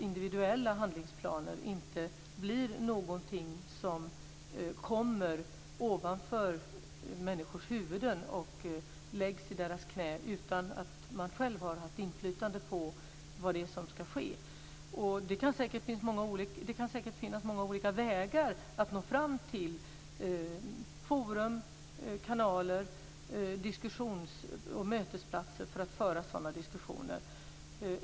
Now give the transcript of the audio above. Individuella handlingsplaner får inte bli något som kommer ovanför människor huvuden och läggs i deras knä utan att man själv har haft inflytande över vad det är som ska ske. Det kan säkert finnas många olika vägar att nå fram till detta, t.ex. forum, kanaler och mötesplatser för att föra sådana diskussioner.